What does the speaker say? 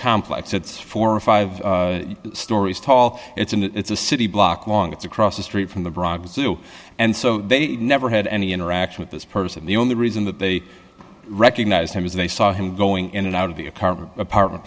complex it's four or five stories tall it's an it's a city block long it's across the street from the bronx zoo and so they never had any interaction with this person the only reason that they recognized him as they saw him going in and out of the apartment apartment